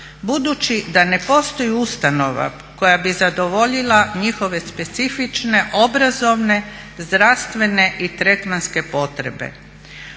Budući da ne postoji ustanova koja bi zadovoljila njihove specifične obrazovne zdravstvene i tretmanske potrebe.